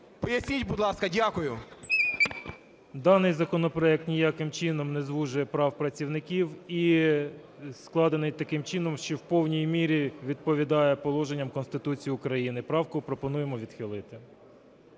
Поясніть, будь ласка. Дякую. 15:05:52 БАБЕНКО М.В. Даний законопроект ніяким чином не звужує прав працівників і складений таким чином, що в повній мірі відповідає положенням Конституції України. Правку пропонуємо відхилити.